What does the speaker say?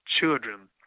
children